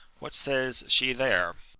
what says she there?